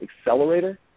accelerator